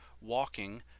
walking